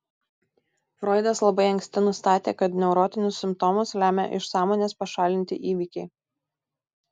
froidas labai anksti nustatė kad neurotinius simptomus lemia iš sąmonės pašalinti įvykiai